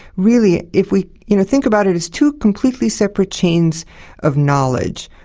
really, if we you know think about it as two completely separate chains of knowledge,